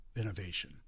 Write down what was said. innovation